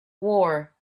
war